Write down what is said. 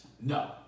No